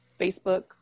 Facebook